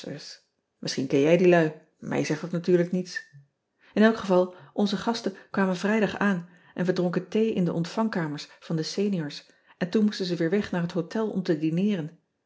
isschien ken jij die lui mij zegt dat natuurlijk niets n elk geval onze gasten kwamen rijdag aan en we dronken thee in de ontvangkamers van de eniors en toen moesten ze weer weg naar het hotel om te dineeren